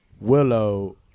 Willow